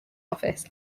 office